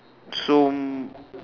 so